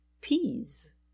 peas